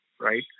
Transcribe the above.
right